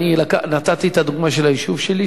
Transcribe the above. אני נתתי את הדוגמה של היישוב שלי,